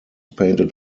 painted